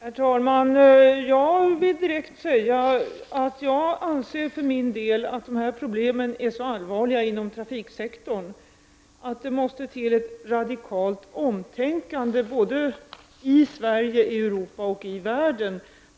Fru talman! Jag vill direkt säga att jag för min del anser att problemen inom trafiksektorn är så allvarliga att det måste till ett radikalt omtänkande i Sverige, Europa och hela världen.